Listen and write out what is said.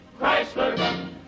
Chrysler